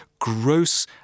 gross